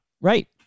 Right